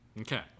Okay